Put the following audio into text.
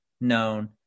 known